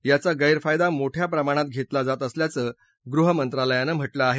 याचा गैरफायदा मोठ्या प्रमाणात घेतला जात असल्याचं गृह मंत्रालयानं म्हटलं आहे